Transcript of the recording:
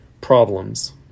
problems